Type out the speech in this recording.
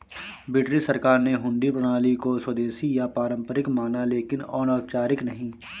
British सरकार ने हुंडी प्रणाली को स्वदेशी या पारंपरिक माना लेकिन अनौपचारिक नहीं